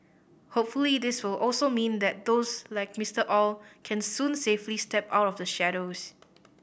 hopefully this will also mean that those like Mister Aw can soon safely step out of the shadows